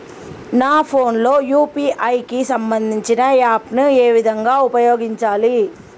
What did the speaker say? నా ఫోన్ లో యూ.పీ.ఐ కి సంబందించిన యాప్ ను ఏ విధంగా ఉపయోగించాలి?